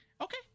okay